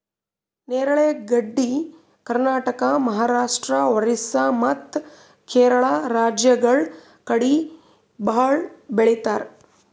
ನೇರಳೆ ಗಡ್ಡಿ ಕರ್ನಾಟಕ, ಮಹಾರಾಷ್ಟ್ರ, ಓರಿಸ್ಸಾ ಮತ್ತ್ ಕೇರಳ ರಾಜ್ಯಗಳ್ ಕಡಿ ಭಾಳ್ ಬೆಳಿತಾರ್